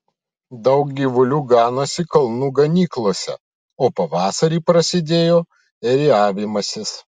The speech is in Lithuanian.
daug gyvulių ganosi kalnų ganyklose o pavasarį prasidėjo ėriavimasis